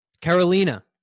Carolina